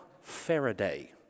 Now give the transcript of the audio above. Faraday